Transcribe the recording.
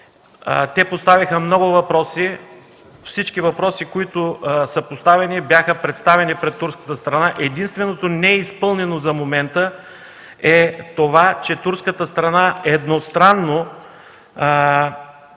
Те поставиха много въпроси. Всички въпроси, които са поставени, бяха представени пред турската страна. Единственото неизпълнено за момента е това, че турската страна едностранно